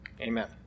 Amen